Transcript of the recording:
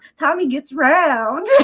tommy gets round